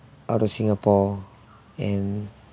out of singapore and